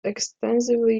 extensively